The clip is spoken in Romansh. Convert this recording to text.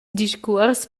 discuors